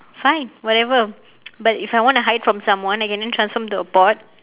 fine whatever but if I want hide from someone I can then transform into a pot